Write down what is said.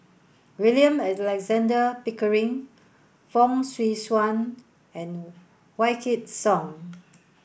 William Alexander Pickering Fong Swee Suan and Wykidd Song